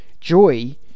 Joy